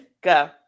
Go